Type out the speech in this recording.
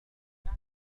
دعني